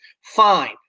fine